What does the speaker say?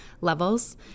levels